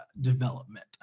development